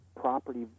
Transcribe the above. property